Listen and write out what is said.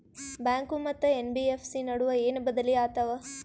Bank ಮತ್ತ NBFC ನಡುವ ಏನ ಬದಲಿ ಆತವ?